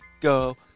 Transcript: Go